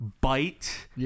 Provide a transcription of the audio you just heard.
bite